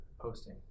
posting